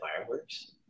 fireworks